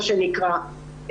מה שנקרא.